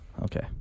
Okay